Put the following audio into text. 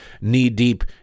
knee-deep